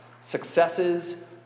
successes